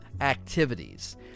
activities